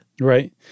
Right